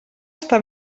està